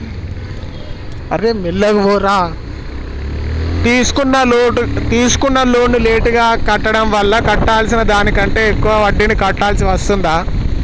తీసుకున్న లోనును లేటుగా కట్టడం వల్ల కట్టాల్సిన దానికంటే ఎక్కువ వడ్డీని కట్టాల్సి వస్తదా?